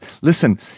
listen